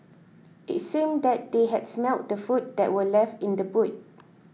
it seemed that they had smelt the food that were left in the boot